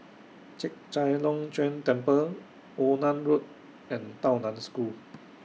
Chek Chai Long Chuen Temple Onan Road and Tao NAN School